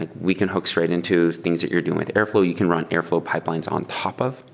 like we can hook straight into things that you're doing with airflow. you can run airflow pipelines on top of.